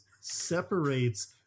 separates